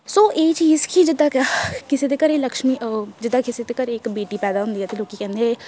ਸੋ ਇਹ ਚੀਜ਼ ਕਿ ਜਿੱਦਾਂ ਕਿਸੇ ਦੇ ਘਰ ਲਕਸ਼ਮੀ ਜਿੱਦਾਂ ਕਿਸੇ ਦੇ ਘਰ ਇੱਕ ਬੇਟੀ ਪੈਦਾ ਹੁੰਦੀ ਹੈ ਤਾਂ ਲੋਕ ਕਹਿੰਦੇ